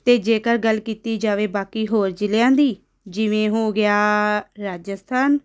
ਅਤੇ ਜੇਕਰ ਗੱਲ ਕੀਤੀ ਜਾਵੇ ਬਾਕੀ ਹੋਰ ਜਿਲ੍ਹਿਆਂ ਦੀ ਜਿਵੇਂ ਹੋ ਗਿਆ ਰਾਜਸਥਾਨ